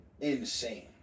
insane